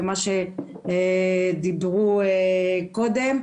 ומה שנאמר קודם,